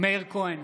מאיר כהן,